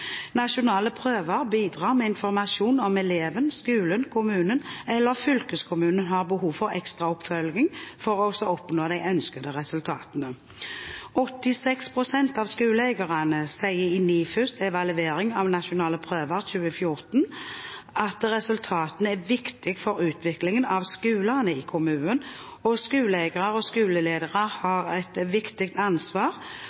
Nasjonale prøver bidrar med informasjon om eleven, skolen, kommunene eller fylkeskommunen har behov for ekstra oppfølging for å oppnå de ønskede resultater. 86 pst. av skoleeierne sier i NIFUs evaluering av nasjonale prøver for 2014 at resultatene er viktige for utviklingen av skolene i kommunene. Skoleeiere og skoleledere har et viktig ansvar,